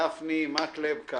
גפני, מקלב ואז כבל.